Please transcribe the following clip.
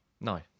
No